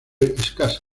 escasa